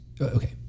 Okay